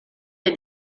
est